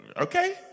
Okay